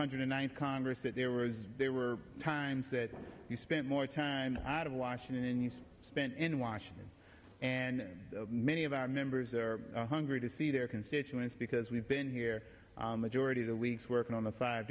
hundred one congress that it was there were times that you spent more time high out of washington and he's spent in washington and many of our members are hungry to see their constituents because we've been here majority of the leaks working on the side